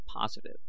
positive